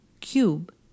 cube